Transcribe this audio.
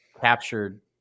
captured